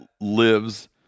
lives